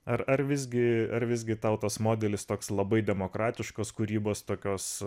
ar ar visgi ar visgi tau tas modelis toks labai demokratiškos kūrybos tokios